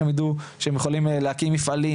איך הם יידעו שהם יכולים להקים מפעלים,